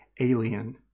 alien